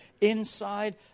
inside